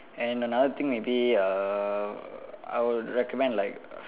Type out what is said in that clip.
and another thing maybe uh I would recommend like